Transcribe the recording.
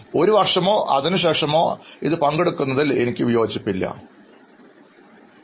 ഒരു വർഷമോ അതിനുശേഷമോ ഇത് പങ്കിടുന്നതിൽ ഞാൻ വിയോജിപ്പു കാണിച്ചിട്ടില്ല